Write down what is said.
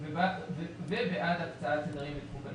ובעד הקצאת תדרים.